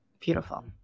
Beautiful